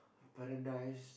paradise